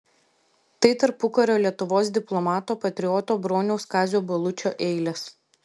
tai tarpukario lietuvos diplomato patrioto broniaus kazio balučio eilės